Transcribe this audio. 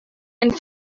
and